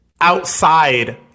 outside